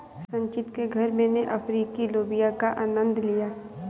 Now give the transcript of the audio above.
संचित के घर मैने अफ्रीकी लोबिया का आनंद लिया